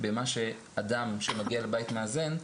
במה שאדם שמגיע לבית מאזן,